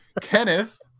kenneth